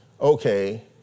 okay